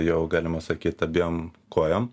jau galima sakyt abiem kojom